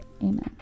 amen